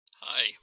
Hi